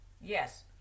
yes